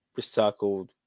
recycled